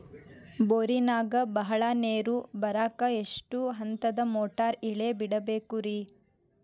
ಬೋರಿನಾಗ ಬಹಳ ನೇರು ಬರಾಕ ಎಷ್ಟು ಹಂತದ ಮೋಟಾರ್ ಇಳೆ ಬಿಡಬೇಕು ರಿ?